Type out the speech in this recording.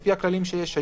לפי הכללים שיש היום,